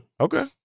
okay